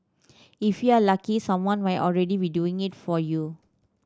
if you are lucky someone might already be doing it for you